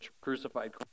crucified